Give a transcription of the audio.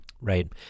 Right